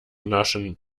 naschen